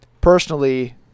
personally